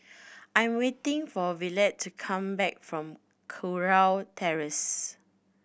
I'm waiting for Yvette to come back from Kurau Terrace